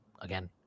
again